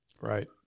Right